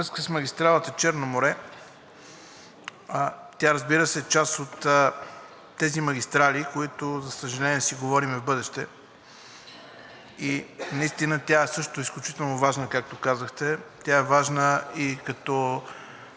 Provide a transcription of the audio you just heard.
връзка с магистрала „Черно море“ – тя, разбира се, е част от тези магистрали, за които, за съжаление, си говорим в бъдеще, и наистина е изключително важна, както казахте. Тя е важна и като